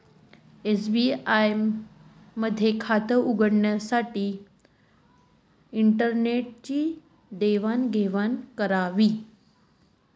SBI मा खातं उघडी सुकृती इंटरनेट लेवान देवानं करस